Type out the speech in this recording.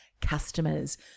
customers